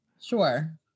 Sure